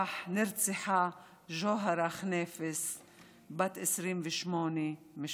נרצחה ג'והרה חניפס, בת 28 משפרעם.